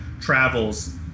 travels